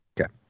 Okay